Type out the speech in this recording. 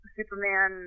Superman